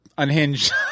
Unhinged